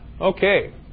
Okay